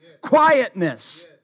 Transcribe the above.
quietness